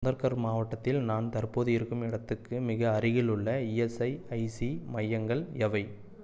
சுந்தர்கர் மாவட்டத்தில் நான் தற்போது இருக்கும் இடத்துக்கு மிக அருகிலுள்ள இஎஸ்ஐசி மையங்கள் எவை